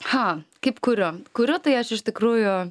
ha kaip kuriu kuriu tai aš iš tikrųjų